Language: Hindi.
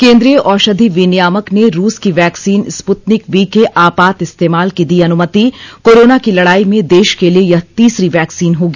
केन्द्रीय औषधि विनियामक ने रूस की वैक्सीन स्पृतनिक वी के आपात इस्तेमाल की दी अनुमति कोरोना की लडाई में देश के लिए यह तीसरी वैक्सीन होगी